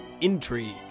Intrigue